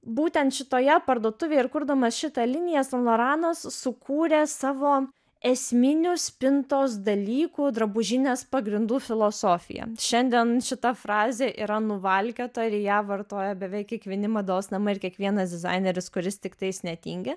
būtent šitoje parduotuvėje ir kurdamas šitą liniją san loranas sukūrė savo esminių spintos dalykų drabužinės pagrindų filosofiją šiandien šita frazė yra nuvalkiota ir ją vartoja beveik kiekvieni mados namai ir kiekvienas dizaineris kuris tiktais netingi